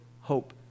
hope